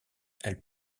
elle